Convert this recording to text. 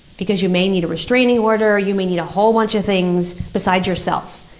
because you may need a restraining order, you may need a whole bunch of things besides yourself.